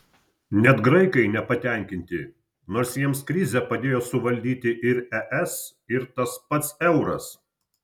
net graikai nepatenkinti nors jiems krizę padėjo suvaldyti ir es ir tas pats euras